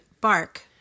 bark